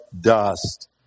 dust